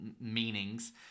meanings